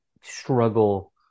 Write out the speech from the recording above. struggle